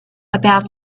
about